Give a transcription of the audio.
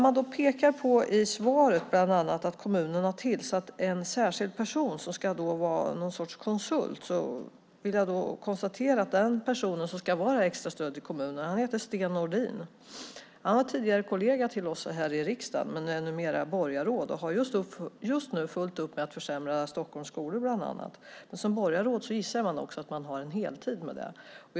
Man pekar i svaret bland annat på att kommunen har tillsatt en särskild person som ska vara någon sorts konsult. Jag vill konstatera att den person som ska ge det här extrastödet till kommunerna heter Sten Nordin. Han var tidigare kollega till oss här i riksdagen, men är numera borgarråd och har just nu fullt upp med att bland annat försämra Stockholms skolor. Jag gissar också att man som borgarråd arbetar heltid.